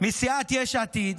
מסיעת יש עתיד.